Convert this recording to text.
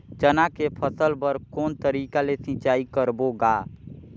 चना के फसल बर कोन तरीका ले सिंचाई करबो गा?